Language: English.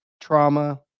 trauma